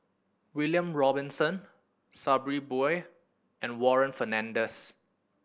William Robinson Sabri Buang and Warren Fernandez